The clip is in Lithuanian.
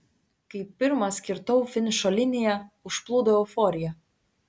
kai pirmas kirtau finišo liniją užplūdo euforija